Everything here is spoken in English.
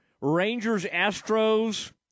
Rangers-Astros